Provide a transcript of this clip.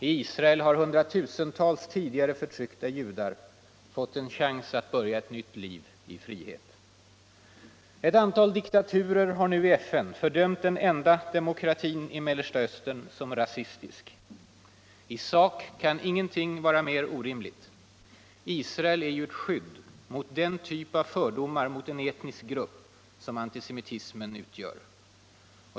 I Israel har hundratusentals tidigare förtryckta judar fått en chans att börja ett nytt liv i frihet. Ett antal diktaturer har nu i FN fördömt den enda demokratin i Mellersta Östern som ”rasistisk”. I sak kan ingenting vara mer orimligt. Israel är ju ett skydd mot den typ av fördomar mot en etnisk grupp som antisemitismen utgör.